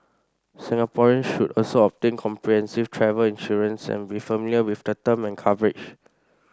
Singaporeans should also obtain comprehensive travel insurance and be familiar with the term and coverage